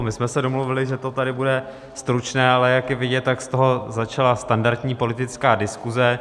My jsme se domluvili, že to tady bude stručné, ale jak je vidět, tak z toho začala standardní politická diskuze.